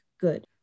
good